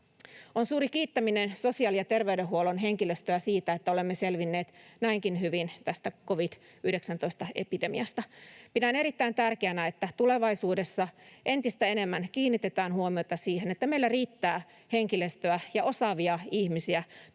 On suuri kiittäminen sosiaali- ja terveydenhuollon henkilöstöä siitä, että olemme selvinneet näinkin hyvin tästä covid-19-epidemiasta. Pidän erittäin tärkeänä, että tulevaisuudessa entistä enemmän kiinnitetään huomiota siihen, että meillä riittää henkilöstöä ja osaavia ihmisiä